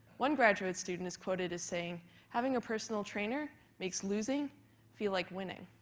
one graduate student is quoted as saying having a personal trainer makes losing feel like winning.